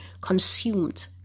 consumed